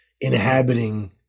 inhabiting